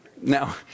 Now